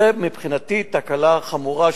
מבחינתי זאת תקלה חמורה.